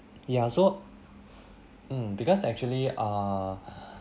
ya so um because actually err